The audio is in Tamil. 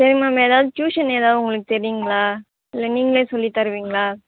சரி மேம் ஏதாவது ட்யூசன் ஏதாவது உங்களுக்கு தெரியுங்களா இல்லை நீங்களே சொல்லி தருவீங்களா